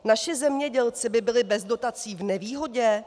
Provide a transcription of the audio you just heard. Naši zemědělci by byli bez dotací v nevýhodě?